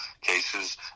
cases